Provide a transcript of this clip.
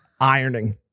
ironing